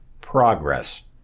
progress